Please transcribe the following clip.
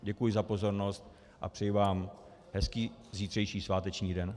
Děkuji za pozornost a přeji vám hezký zítřejší sváteční den.